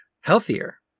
healthier